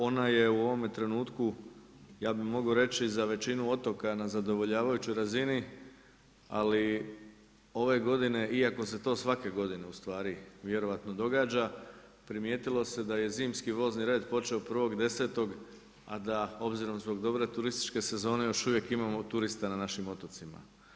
Ona je u ovome trenutku ja bih mogao reći za većinu otoka na zadovoljavajućoj razini, ali ove godine iako se to svake godine u stvari vjerojatno događa primijetilo se da je zimski vozni red počeo 1.10. a da obzirom zbog dobre turističke sezone još uvijek imamo turista na našim otocima.